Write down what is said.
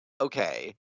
okay